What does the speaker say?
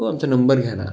हो आमचे नंबर घ्या ना